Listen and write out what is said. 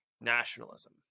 Nationalism